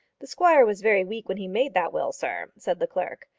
the squire was very weak when he made that will, sir, said the clerk.